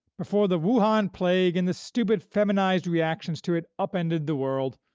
before the wuhan plague and the stupid feminized reactions to it upended the world,